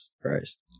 Christ